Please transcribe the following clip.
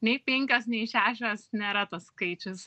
nei penkios nei šešios nėra tas skaičius